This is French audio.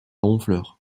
honfleur